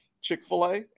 Chick-fil-A